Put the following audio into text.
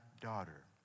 daughter